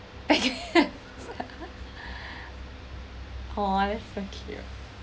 okay oh that's so cute okay